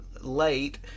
late